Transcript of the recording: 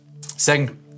Second